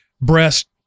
breast